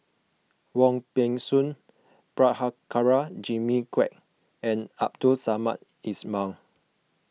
Wong Peng Soon Prabhakara Jimmy Quek and Abdul Samad Ismail